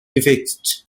defects